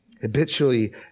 Habitually